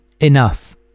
enough